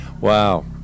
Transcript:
Wow